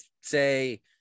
say